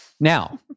Now